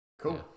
Cool